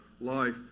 life